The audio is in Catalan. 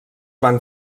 van